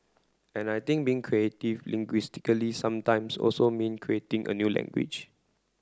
and I think being creative linguistically sometimes also mean creating a new language